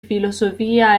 filosofia